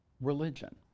religion